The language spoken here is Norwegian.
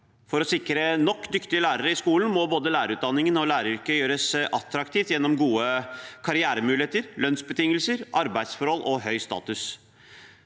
For å sikre nok dyktige lærere i skolen må både lærerutdanningen og læreryrket gjøres attraktive gjennom gode karrieremuligheter, lønnsbetingelser, arbeidsforhold og høy status.